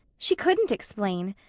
she couldn't explain.